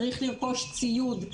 צריך לרכוש ציוד,